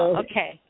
okay